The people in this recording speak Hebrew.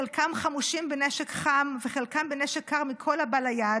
חלקם חמושים בנשק חם וחלקם בנשק קר מכל הבא ליד,